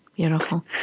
Beautiful